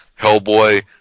Hellboy